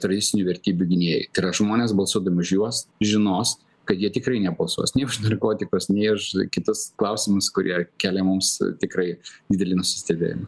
tradicinių vertybių gynėjai tai yra žmonės balsuodami už juos žinos kad jie tikrai nebalsuos nei už narkotikus nei už kitus klausimus kurie kelia mums tikrai didelį nusistebėjimą